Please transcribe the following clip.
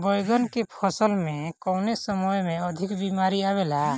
बैगन के फसल में कवने समय में अधिक बीमारी आवेला?